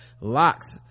locks